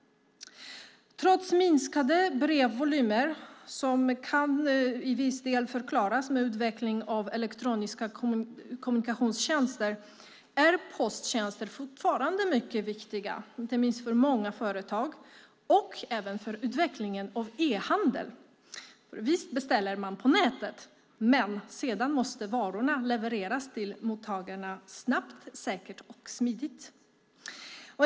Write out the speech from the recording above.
Trots minskade brevvolymer, som till viss del kan förklaras med utvecklingen av elektroniska kommunikationstjänster, är posttjänster fortfarande mycket viktiga inte minst för många företag och även för utvecklingen av e-handel. Visst beställer man på nätet, men sedan måste varorna levereras till mottagarna snabbt, säkert och smidigt.